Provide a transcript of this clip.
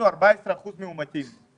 14% מאומתים,